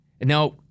Now